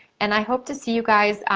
and i hope to see you guys.